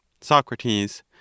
Socrates